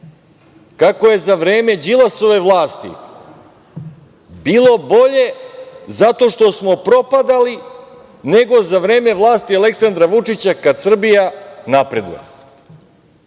kako je za vreme Đilasove vlasti bilo bolje zato što smo propadali, nego za vreme vlasti Aleksandra Vučića kada Srbija napreduje. To